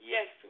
Yes